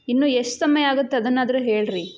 ಇನ್ನೂ ಎಷ್ಟು ಸಮಯ ಆಗುತ್ತೆ ಅದನ್ನಾದರೂ ಹೇಳಿರಿ